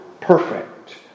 perfect